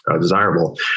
desirable